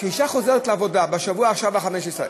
כשאישה חוזרת לעבודה בשבוע ה-15,